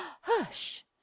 Hush